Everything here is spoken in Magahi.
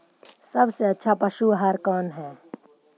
सबसे अच्छा पशु आहार कौन है?